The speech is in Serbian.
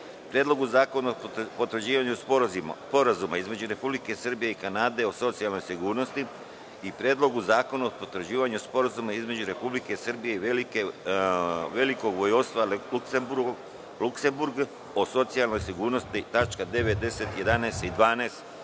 Predlogu zakona o potvrđivanju Sporazuma između Republike Srbije i Kanade o socijalnoj sigurnosti; Predlogu zakona o potvrđivanju Sporazuma između Republike Srbije i Velikog Vojvodstva Luksemburg o socijalnoj sigurnosti (tačke 9, 10, 11.